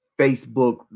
Facebook